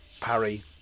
parry